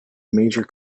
major